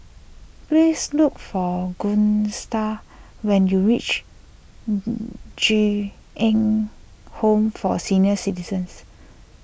please look for Gustaf when you reach Ju Eng Home for Senior Citizens